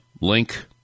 link